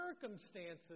circumstances